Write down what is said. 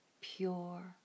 pure